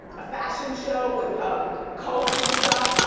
um a fashion show with um coats and stuff.